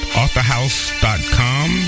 authorhouse.com